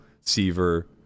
Seaver